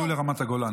הגיעו לרמת הגולן.